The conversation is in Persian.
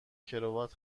کراوات